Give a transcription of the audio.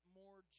more